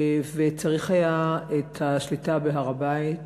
וצריך היה את השליטה בהר-הבית